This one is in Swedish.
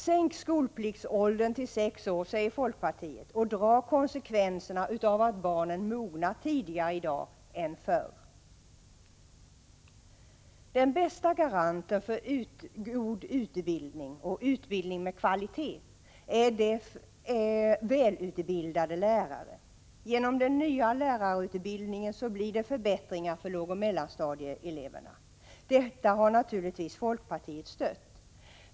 Sänk skolpliktsåldern till sex år, säger folkpartiet, och dra konsekvenserna av att barnen mognar tidigare i dag än förr! Den bästa garanten för utbildning med kvalitet är välutbildade lärare. Genom den nya lärarutbildningen blir det förbättringar för lågoch mellanstadieeleverna. Detta har folkpartiet naturligtvis stött.